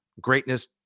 greatness